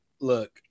look